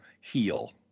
heal